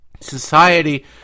Society